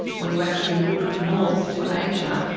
when you actually look north, to asia,